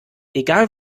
egal